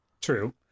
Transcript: True